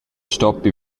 stoppi